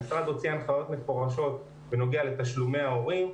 המשרד הוציא הנחיות מפורשות בנוגע לתשלומי ההורים,